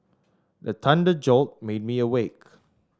the thunder jolt made me awake